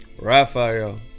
Raphael